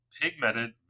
pigmented